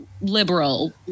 liberal